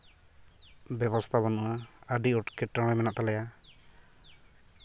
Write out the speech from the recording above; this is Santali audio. ᱵᱮᱵᱚᱥᱛᱷᱟ ᱵᱟᱹᱱᱩᱜᱼᱟ ᱟᱹᱰᱤ ᱮᱴᱠᱮᱴᱚᱬᱮ ᱢᱮᱱᱟᱜ ᱛᱟᱞᱮᱭᱟ